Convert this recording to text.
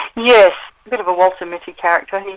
yes, a bit of a walter mitty character.